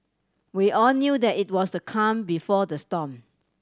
we all knew that it was the calm before the storm